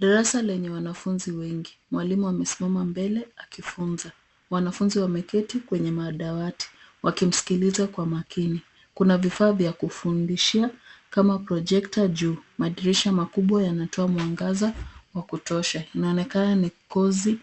Darasa lenye wanafunzi wengi, mwalimu amesimama mbele akifunza, wanafunzi wameketi kwenye madawati wakimsikiliza kwa makini. Kuna vifaa vya kufundishia kama projekta juu, madirisha makubwa yanatoa mwangaza wa kutosha, inaonekana ni kozi